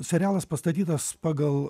serialas pastatytas pagal